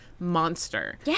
Monster